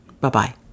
Bye-bye